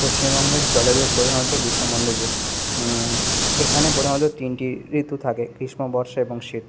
পশ্চিমবঙ্গের জলবায়ু প্রধানত গ্রীষ্মমন্ডলীয় এখানে প্রধানত তিনটি ঋতু থাকে গ্রীষ্ম বর্ষা এবং শীত